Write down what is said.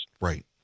Right